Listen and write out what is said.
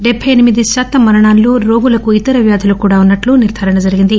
డెబ్బై ఎనిమిది శాతం మరణాల్లో రోగులకు ఇతర వ్యాధులు కూడా ఉన్నట్లు నిర్దారణ జరిగింది